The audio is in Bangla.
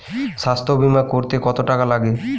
স্বাস্থ্যবীমা করতে কত টাকা লাগে?